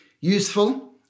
Useful